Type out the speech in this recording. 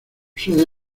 sede